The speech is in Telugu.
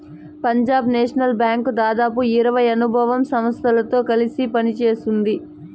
పంజాబ్ నేషనల్ బ్యాంకు దాదాపు ఇరవై అనుబంధ సంస్థలతో కలిసి పనిత్తోంది